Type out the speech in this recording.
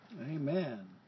Amen